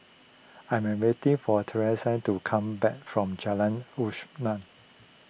I am waiting for to come back from Jalan